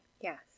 yes